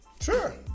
Sure